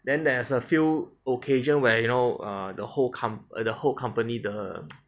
then there's a few occasion where you know err the whole com~ err the whole company the